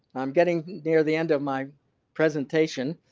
i'm getting near the end of my presentation.